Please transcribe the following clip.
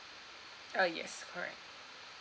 uh yes correct